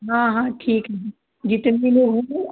हाँ हाँ ठीक है जित जितने लोग होंगे